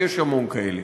ויש המון כאלה.